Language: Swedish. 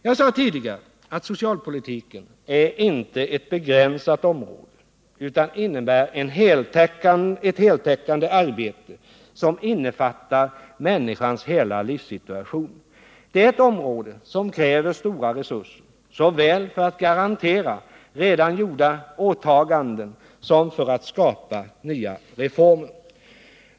Jag sade tidigare att socialpolitiken inte är ett begränsat område utan innebär ett heltäckande arbete som innefattar människans hela livssituation. Det är ett område som kräver stora resurser, såväl för att garantera redan gjorda åtaganden som för att skapa nya reformer.